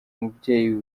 umubyeyi